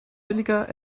billiger